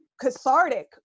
cathartic